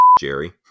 Jerry